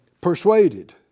persuaded